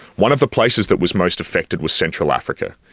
one of the places that was most affected was central africa.